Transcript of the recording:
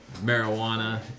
marijuana